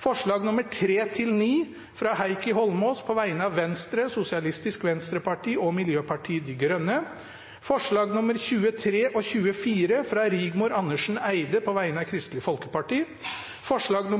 forslagene nr. 3–9, fra Heikki Eidsvoll Holmås på vegne av Venstre, Sosialistisk Venstreparti og Miljøpartiet De Grønne forslagene nr. 10–22, fra Heikki Eidsvoll Holmås på vegne av Sosialistisk Venstreparti og Miljøpartiet De Grønne forslagene nr. 23 og 24, fra Rigmor Andersen Eide på vegne av Kristelig Folkeparti forslag